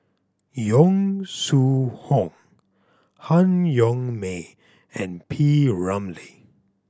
Yong Shu Hoong Han Yong May and P Ramlee